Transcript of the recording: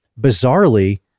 bizarrely